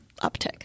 uptick